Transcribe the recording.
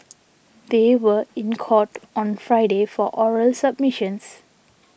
they were in court on Friday for oral submissions